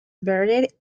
buried